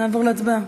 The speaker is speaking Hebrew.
אז נעבור להצבעה.